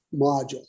module